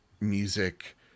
music